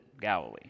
Galilee